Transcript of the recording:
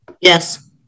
Yes